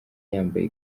yambaye